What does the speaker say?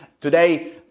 Today